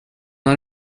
har